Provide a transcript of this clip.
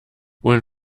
wohin